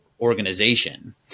organization